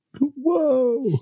Whoa